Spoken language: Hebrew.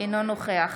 נוכח